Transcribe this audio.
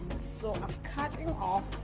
so am cutting off